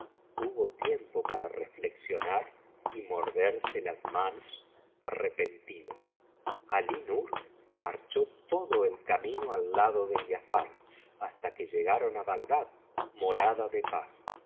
tuvo tiempo para reflexionar y morderse las manos arrepentido alí nur marchó todo el camino al lado de giafar hasta que llegaron á bagdad morada de paz